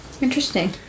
Interesting